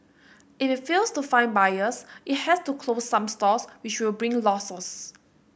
if it fails to find buyers it has to close some stores which will bring losses